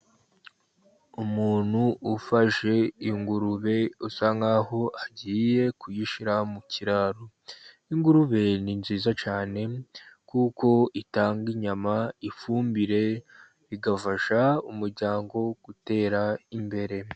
Umuntu ufashe ingurube usa nk'aho agiye kuyishyira mu kiraro, ingurube ni nziza cyane, kuko itanga inyama, ifumbire, bigafasha umuryango gutera imbere.